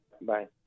Bye